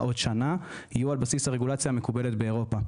עוד שנה יהיו על בסיס הרגולציה המקובלת באירופה.